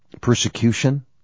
persecution